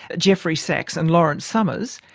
jeffrey sachs and lawrence summers,